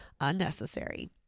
unnecessary